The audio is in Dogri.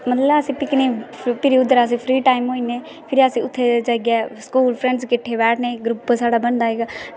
मतलब अस पिकनिक त्रैऽ बजे फ्री होई जन्ने फिर अस उत्थें जाइयै स्कूल फ्रैंड्स किट्ठे बैठने साढ़ा ग्रूप बनदा इक्क